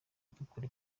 gukora